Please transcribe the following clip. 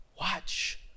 Watch